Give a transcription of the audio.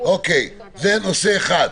זה נושא אחד.